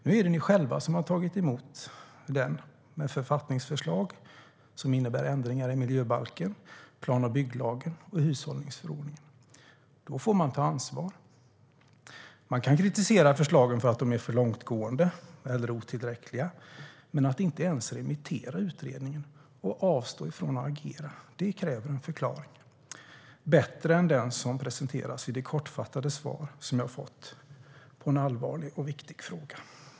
Nu är det ni som har tagit emot utredningen. Den innehåller författningsförslag som innebär ändringar i miljöbalken, plan och bygglagen och hushållningsförordningen. Då får man ta ansvar. Man kan kritisera förslagen för att vara för långtgående alternativt otillräckliga. Men om man inte ens remitterar utredningen utan avstår från att agera kräver det en förklaring som är bättre än den som presenteras i det kortfattade svar som jag fått på en allvarlig och viktig fråga.